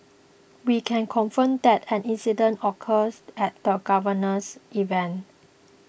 we can confirm that an incident occurs at the Governor's event